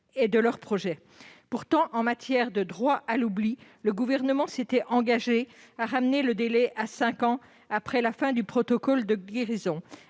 et de leurs projets. Pourtant, en matière de droit à l'oubli, le Gouvernement s'était engagé à ramener le délai à cinq ans après la fin du protocole de guérison,